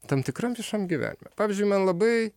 tam tikram viešam gyvenime pavyzdžiui man labai